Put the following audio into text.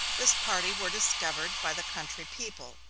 this party were discovered by the country people,